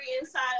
inside